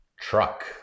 Truck